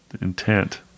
Intent